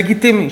לגיטימי,